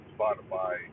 Spotify